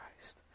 Christ